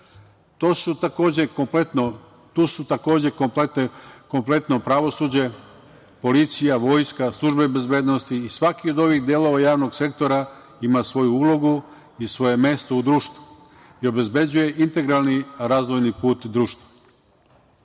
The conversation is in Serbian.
Tu su, takođe, kompletno pravosuđe, policija, vojska, službe bezbednosti i svaki od ovih delova javnog sektora ima svoju ulogu i svoje mesto u društvu i obezbeđuju integralni razvojni put društvo. Društvo